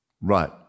Right